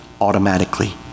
automatically